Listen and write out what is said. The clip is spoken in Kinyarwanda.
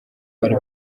bari